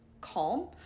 calm